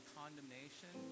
condemnation